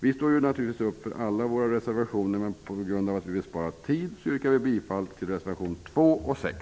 Vi står naturligtvis bakom alla våra reservationer, men på grund av att vi vill spara tid yrkar vi bifall endast till reservation 2 och 6.